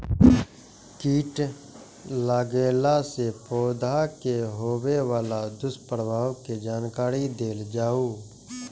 कीट लगेला से पौधा के होबे वाला दुष्प्रभाव के जानकारी देल जाऊ?